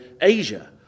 Asia